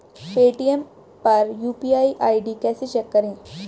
Paytm पर UPI ID कैसे check करें?